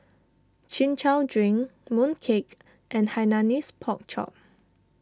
Chin Chow Drink Mooncake and Hainanese Pork Chop